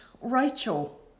Rachel